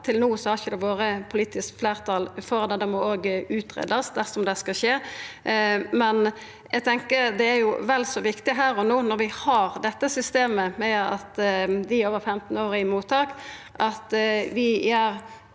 Til no har det ikkje vore politisk fleirtal for det. Det må òg greiast ut dersom det skal skje. Eg tenkjer det er vel så viktig her og no, når vi har dette systemet med at dei over 15 år er i mottak,